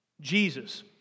Jesus